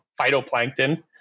phytoplankton